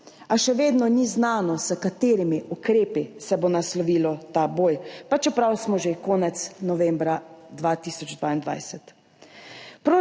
a še vedno ni znano, s katerimi ukrepi se bo naslovil ta boj, pa čeprav smo že konec novembra 2022.